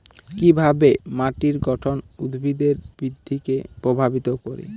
কিভাবে মাটির গঠন উদ্ভিদের বৃদ্ধিকে প্রভাবিত করে?